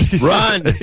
Run